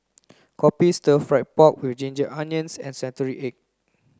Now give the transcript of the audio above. kopi stir fried pork with ginger onions and century egg